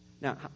Now